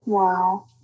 Wow